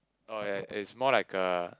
oh ya it's more like a